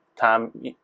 time